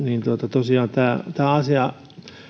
tosiaan tämä asia